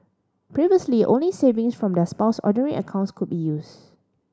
previously only savings from their Spouse's Ordinary accounts could be used